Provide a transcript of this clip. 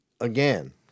again